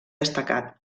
destacat